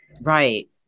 Right